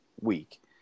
week